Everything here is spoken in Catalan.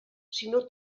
sinó